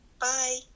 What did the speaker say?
bye